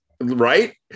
Right